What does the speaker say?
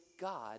God